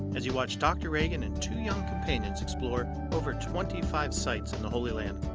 as you watch dr. reagan and two young companions explore over twenty five sites in the holy land,